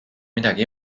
midagi